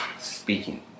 speaking